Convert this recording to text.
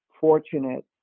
fortunate